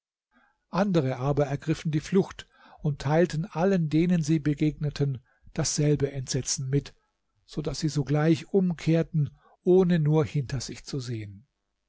andere aber ergriffen die flucht und teilten allen denen sie begegneten dasselbe entsetzen mit so daß sie sogleich umkehrten ohne nur hinter sich zu sehen